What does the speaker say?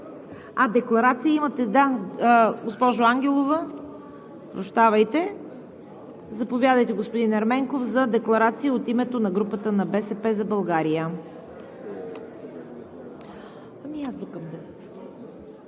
А, декларация имате? Госпожо Ангелова, прощавайте. Заповядайте, господин Ерменков, за декларация от името на групата на „БСП за България“.